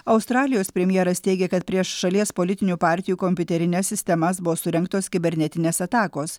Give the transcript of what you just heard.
australijos premjeras teigia kad prieš šalies politinių partijų kompiuterines sistemas buvo surengtos kibernetinės atakos